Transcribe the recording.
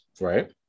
Right